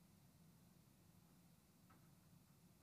נשיג